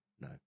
No